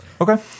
Okay